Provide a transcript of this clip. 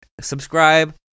subscribe